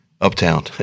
uptown